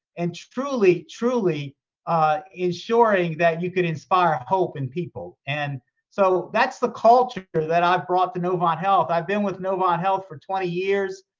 and truly, truly ensuring that you could inspire hope in people. and so that's the culture that i've brought to novant health. i've been with novant health for twenty years.